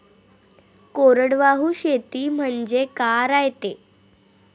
कोरडवाहू शेती म्हनजे का रायते?